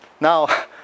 Now